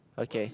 okay